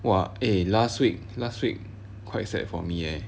!wah! eh last week last week quite sad for me eh